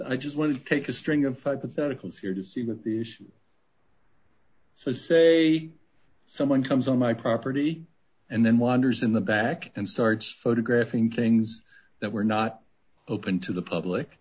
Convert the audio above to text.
i just want to take a string of five pathetic is here to see what these so say someone comes on my property and then wanders in the back and starts photographing things that were not open to the public